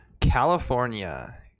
California